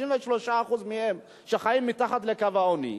ש-63% מהם חיים מתחת לקו העוני,